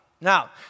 Now